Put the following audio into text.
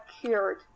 cured